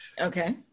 Okay